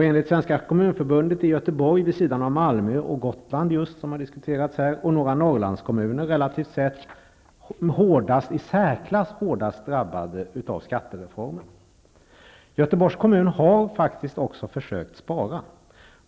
Enligt Svenska kommunförbundet är Göteborg -- vid sidan av Malmö, Gotland, som har diskuterats här, och några Norrlandskommuner i särklass hårdast drabbad av skattereformen. Göteborgs kommun har faktiskt också försökt spara.